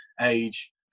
age